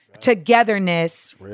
togetherness